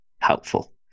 helpful